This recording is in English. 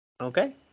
okay